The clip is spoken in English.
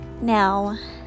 Now